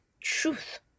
truth